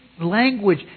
language